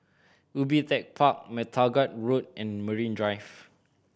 Ubi Tech Park MacTaggart Road and Marine Drive